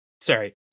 Sorry